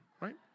right